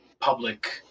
public